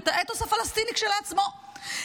ואת האתוס הפלסטיני כשלעצמו,